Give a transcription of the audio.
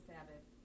Sabbath